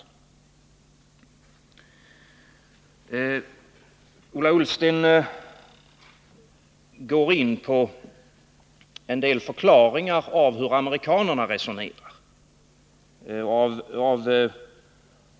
Ola Ullsten går in på en del förklaringar av hur amerikanerna resonerar.